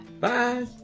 Bye